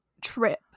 trip